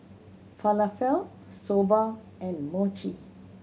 Falafel Soba and Mochi